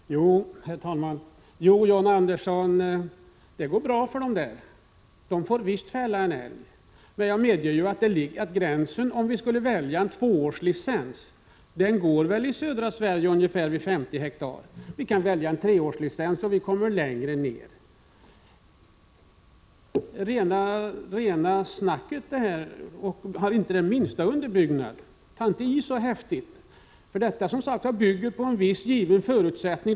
Herr talman! Jo, John Andersson, det går bra för de mindre markägarna. De får visst fälla en älg. Men jag medger att gränsen, om vi skulle välja en tvåårslicens, i södra Sverige skulle gå vid ungefär 50 hektar. Vi kan också välja en treårslicens, och då dras gränsen längre ned. Vad John Andersson här säger är rena snacket. Hans resonemang är inte det minsta underbyggt. Ta således inte i så häftigt! Detta bygger, som sagt, på en viss given förutsättning.